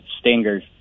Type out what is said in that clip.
stingers